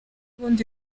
ubundi